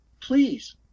Please